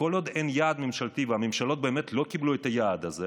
כל עוד אין יעד ממשלתי והממשלות באמת לא קיבלו את היעד הזה,